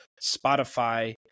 Spotify